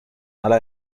aller